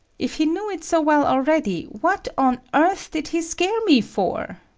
if he knew it so well already, what on earth did he scare me for?